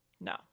no